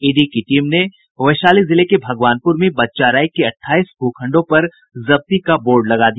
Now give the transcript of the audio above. ED की team ने वैशाली जिले के भगवानपुर में बच्चा राय के अठाईस भू खण्डों पर जब्ती का बोर्ड लगा दिया